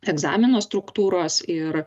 egzamino struktūros ir